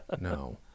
No